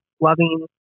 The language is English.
loving